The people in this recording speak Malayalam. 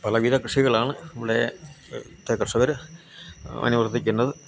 പലവിധ കൃഷികളാണ് ഇവിടുത്തെ കർഷകർ അനുവർത്തിക്കുന്നത്